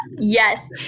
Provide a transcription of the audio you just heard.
Yes